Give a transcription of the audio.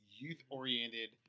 youth-oriented